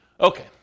Okay